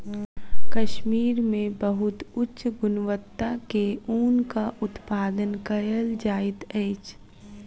कश्मीर मे बहुत उच्च गुणवत्ता के ऊनक उत्पादन कयल जाइत अछि